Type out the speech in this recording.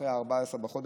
אחרי 14 בחודש,